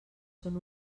són